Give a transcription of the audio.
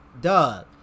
duh